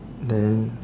then